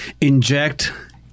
inject